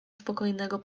spokojnego